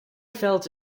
felt